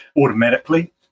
automatically